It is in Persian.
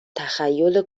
تخیل